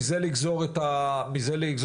מזה לגזור את המדיניות.